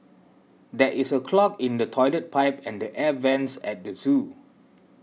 there is a clog in the Toilet Pipe and the Air Vents at the zoo